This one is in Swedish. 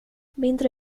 mindre